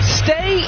stay